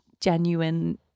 genuine